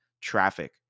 traffic